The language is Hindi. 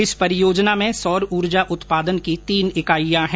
इस परियोजना में सौर ऊर्जा उत्पादन की तीन इकाइयां हैं